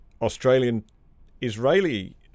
Australian-Israeli